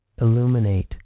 illuminate